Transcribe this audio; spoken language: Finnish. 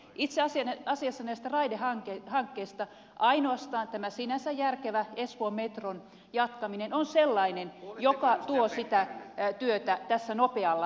itse asiassa näistä raidehankkeista ainoastaan tämä sinänsä järkevä espoon metron jatkaminen on sellainen joka tuo sitä työtä tässä nopealla aikataululla